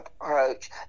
approach